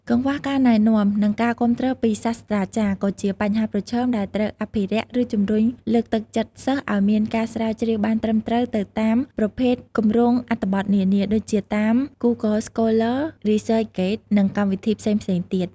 កង្វះការណែនាំ និងការគាំទ្រពីសាស្ត្រាចារ្យក៏ជាបញ្ហាប្រឈមដែលត្រូវអភិរក្សឫជំរុញលើកទឹកចិត្តសិស្សឱ្យមានការស្រាវជ្រាវបានត្រឹមត្រូវទៅតាមប្រភេទកម្រោងអត្ថបទនានា ដូចជាតាម ហ្គូហ្គល ស្កូល័រ (Google Scholar) រីស៊ឺចហ្គេត (ResearchGate) និងកម្មវិធីផ្សេងៗទៀត។